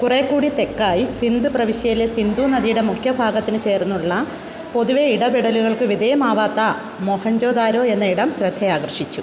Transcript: കുറേ കൂടി തെക്കായി സിന്ധ് പ്രവിശ്യയിലെ സിന്ധു നദിയുടെ മുഖ്യ ഭാഗത്തിന് ചേർന്നുള്ള പൊതുവെ ഇടപെടലുകൾക്ക് വിധേയമാവാത്ത മോഹഞ്ചോദാരോ എന്ന ഇടം ശ്രദ്ധയാകർഷിച്ചു